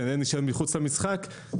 כנראה נישאר מחוץ למשחק,